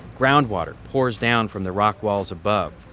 groundwater pours down from the rock walls above,